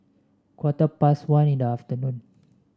quarter past one in the afternoon